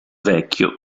vecchio